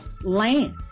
land